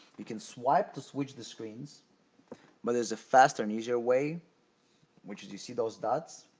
you can swipe to switch the screens but, there's a faster and easier way which is you see those dots?